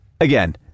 Again